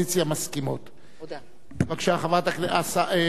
בבקשה, מזכירת הכנסת.